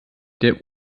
der